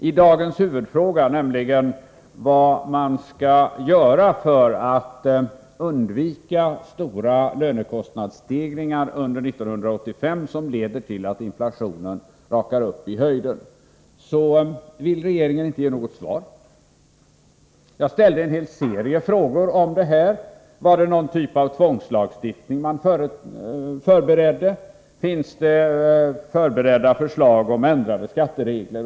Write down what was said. I dagens huvudfråga, nämligen vad man skall göra för att undvika stora lönekostnadsstegringar under 1985 som leder till att inflationen rakar upp i höjden, vill regeringen inte ge något svar. Jag ställde en hel serie frågor om detta, bl.a. dessa: Förberedde man någon typ av tvångslagstiftning? Finns det förberedda förslag om ändrade skatteregler?